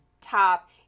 top